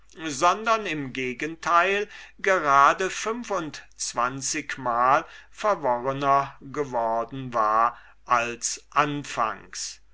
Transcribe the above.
sondern im gegenteil gerade fünf und zwanzigmal verworrener geworden war als anfangs